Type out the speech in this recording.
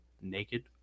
naked